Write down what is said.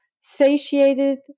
satiated